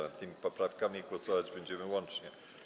Nad tymi poprawkami głosować będziemy łącznie.